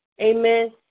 Amen